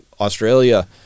Australia